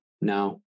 No